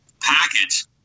package